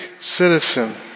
citizen